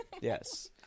Yes